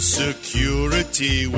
security